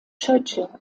churchill